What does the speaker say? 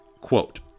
Quote